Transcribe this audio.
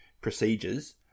procedures